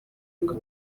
ngo